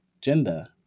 gender